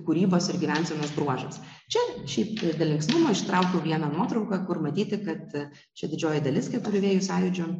kūrybos ir gyvensenos bruožas čia šiaip dėl linksmumo ištraukiu vieną nuotrauką kur matyti kad čia didžioji dalis keturių vėjų sąjūdžio